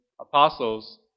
apostles